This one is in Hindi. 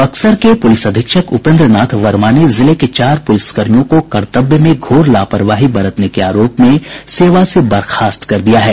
बक्सर के पुलिस अधीक्षक उपेन्द्र नाथ वर्मा ने जिले के चार पुलिसकर्मियों को कर्तव्य में घोर लापरवाही बरतने के आरोप में सेवा से बर्खास्त कर दिया है